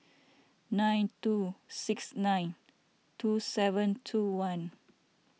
nine two six nine two seven two one